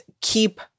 keep